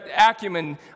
acumen